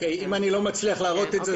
אם אני לא מצליח להראות את זה,